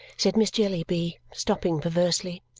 said miss jellyby, stopping perversely.